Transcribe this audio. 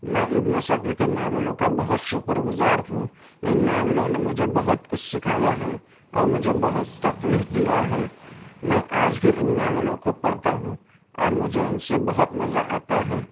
میں ابن صفی کے ناولوں کا بہت شکر گزار ہوں ان ناولوں نے مجھے بہت کچھ سکھایا ہے اور مجھے بہت تفریح دیا ہے میں آج بھی ان ناولوں کو پڑھتا ہوں اور مجھے ان سے بہت مزہ آتا ہے